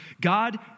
God